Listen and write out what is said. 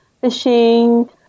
fishing